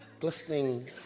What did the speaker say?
glistening